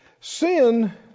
Sin